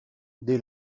dès